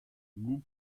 goût